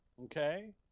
Okay